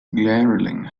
glaringly